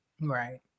Right